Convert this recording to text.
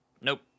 nope